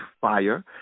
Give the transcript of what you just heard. fire